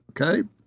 Okay